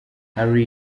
haile